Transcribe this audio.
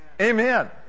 Amen